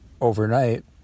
overnight